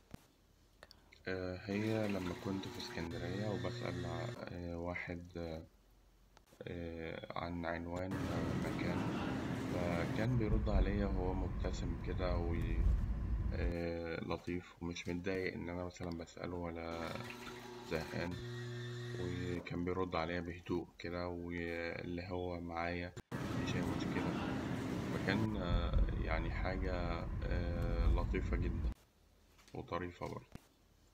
هي لما كنت في إسكندرية وبسأل واحد عن عنوان مكان، ف بيرد عليا وهو مبتسم كده و لطيف ومش متضايق إن أنا مثلاً بسأله ولا زهقان وكان بيرد عليا بهدوء كده اللي هو معايا مفيش أي مشكلة، فكان حاجة لطيفة جداً وطريقة برده